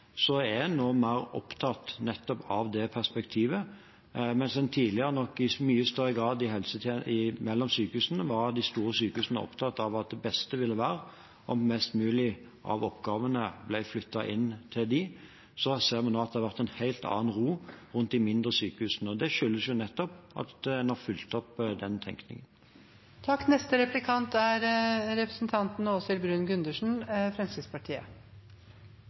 er mer opptatt av nettopp det perspektivet. Mens de store sykehusene tidligere nok i mye større grad var opptatt av at det beste ville være om mest mulig av oppgavene ble flyttet til dem, ser vi nå at det har vært en helt annen ro rundt de mindre sykehusene. Det skyldes jo nettopp at en har fulgt opp den tenkningen.